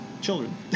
children